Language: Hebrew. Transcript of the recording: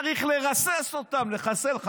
צריך לרסס אותם, לחסל.